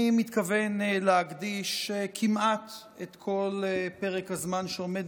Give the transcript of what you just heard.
אני מתכוון להקדיש כמעט את כל פרק הזמן שעומד